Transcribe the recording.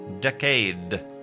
decade